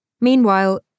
Meanwhile